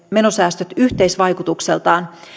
menosäästöt yhteisvaikutukseltaan